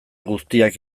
guztiak